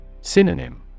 Synonym